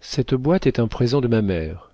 cette boîte est un présent de ma mère